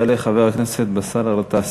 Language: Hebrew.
יעלה חבר הכנסת באסל גטאס.